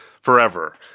forever